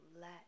let